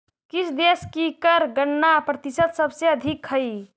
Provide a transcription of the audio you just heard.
किस देश की कर गणना प्रतिशत सबसे अधिक हई